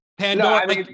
Pandora